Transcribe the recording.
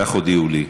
כך הודיעו לי.